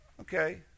Okay